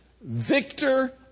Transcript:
victor